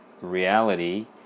reality